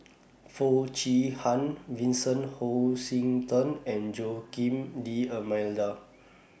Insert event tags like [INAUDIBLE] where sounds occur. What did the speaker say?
[NOISE] Foo Chee Han Vincent Hoisington and Joaquim D'almeida